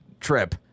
trip